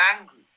angry